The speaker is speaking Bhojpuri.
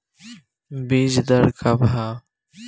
बीज दर का वा?